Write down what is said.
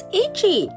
itchy，